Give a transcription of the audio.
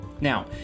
Now